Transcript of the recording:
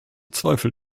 zweifel